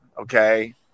Okay